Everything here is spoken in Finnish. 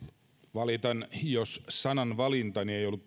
valitan jos sananvalintani